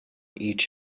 each